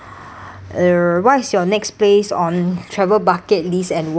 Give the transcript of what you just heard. err what is your next place on travel bucket list and why